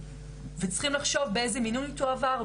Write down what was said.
צריכים לחשוב באיזה מינון היא תועבר,